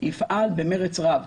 יפעל במרץ רב.